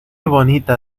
bonita